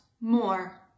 more